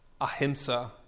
ahimsa